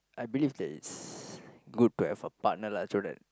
I believe that it's good to have a partner lah so that